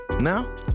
Now